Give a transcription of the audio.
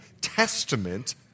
Testament